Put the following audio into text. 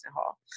Hall